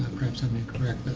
perhaps i'm incorrect,